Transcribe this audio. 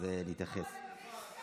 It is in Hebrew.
אז להתייחס.